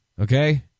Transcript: Okay